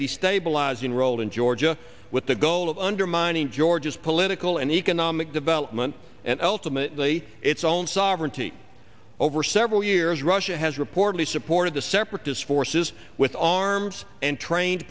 destabilizing role in georgia with the goal of undermining georgia's political and economic development and ultimately its own sovereignty over several years russia has reportedly supported the separatist forces with arms and trained